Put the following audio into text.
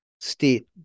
state